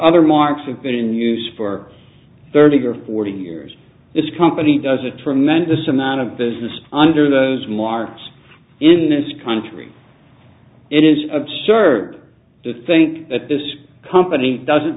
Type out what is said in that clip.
other marks a billion use for thirty or forty years it's a company does a tremendous amount of business under those markets in this country it is absurd to think that this company doesn't